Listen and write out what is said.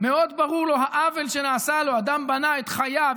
מאוד ברור העוול שנעשה לו: אדם בנה את חייו,